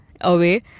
away